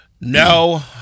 No